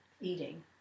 eating